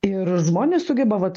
ir žmonės sugeba vat